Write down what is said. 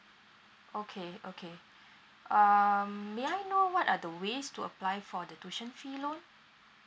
okay okay um may I know what are the ways to apply for the tuition fee loan